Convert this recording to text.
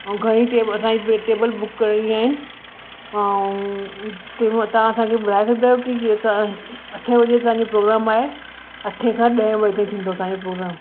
ऐं घणी टेबल असांजी टेबल बुक करणी आहिनि ऐं की तव्हां असांखे ॿुधाए सघंदा आहियो की केतिरा अठे लॻे असांजी प्रोग्राम आहे अठ खां ॾह वजे ताईं थींदो असांजो प्रोग्राम